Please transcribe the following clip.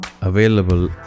available